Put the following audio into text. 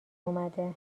اومده